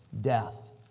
death